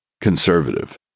conservative